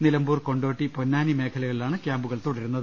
നിലമ്പൂർ കൊണ്ടോട്ടി പൊന്നാനി മേഖലകളിലാണ് ക്യാമ്പുകൾ തുടരുന്നത്